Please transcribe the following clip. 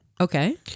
Okay